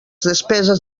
despeses